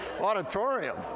auditorium